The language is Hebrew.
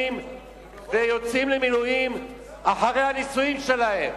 ויוצאים למילואים אחרי הנישואים שלהם.